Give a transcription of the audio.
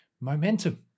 momentum